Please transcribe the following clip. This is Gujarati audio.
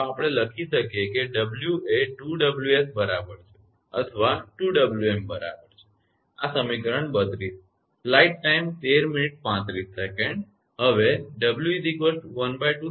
તો આપણે લખી શકીએ કે w એ 2𝑤𝑠 બરાબર છે અથવા 2𝑤𝑚 બરાબર છે આ સમીકરણ 32 છે